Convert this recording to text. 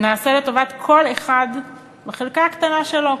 ונעשה לטובת כל אחד בחלקה הקטנה שלו,